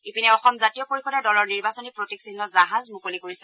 ইপিনে অসম জাতীয় পৰিষদে দলৰ নিৰ্বাচনী প্ৰতীক চিহ্ন জাহাজ মুকলি কৰিছে